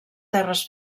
terres